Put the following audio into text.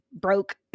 broke